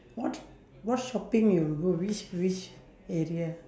what what shopping you go which which area